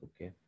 Okay